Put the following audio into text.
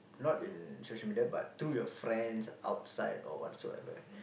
not in social media but through your friends outside or whatsoever